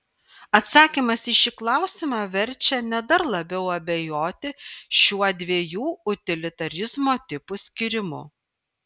atsakymas į šį klausimą verčia net dar labiau abejoti šiuo dviejų utilitarizmo tipų skyrimu